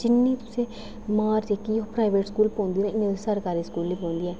जिन्नी तुसेंगी मार जेह्की ऐ ओह् प्राइवेट स्कूल पौंदी ऐ इन्नी सरकारी स्कूल नेईं पौंदी ऐ